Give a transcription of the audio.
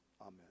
Amen